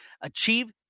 Achieve